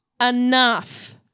enough